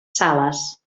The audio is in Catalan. sales